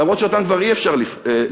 למרות שאותם כבר אי-אפשר לשאול,